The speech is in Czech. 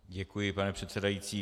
Děkuji, pane předsedající.